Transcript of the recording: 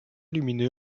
lumineux